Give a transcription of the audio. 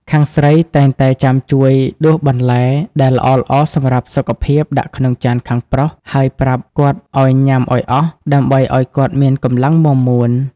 ខាងស្រីតែងតែចាំជួយដួសបន្លែដែលល្អៗសម្រាប់សុខភាពដាក់ក្នុងចានខាងប្រុស ហើយប្រាប់គាត់ឱ្យញ៉ាំឱ្យអស់ ដើម្បីឱ្យគាត់មានកម្លាំងមាំមួន។